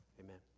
amen